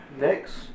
next